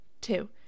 Two